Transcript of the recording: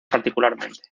particularmente